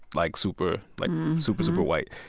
like, super like super super white.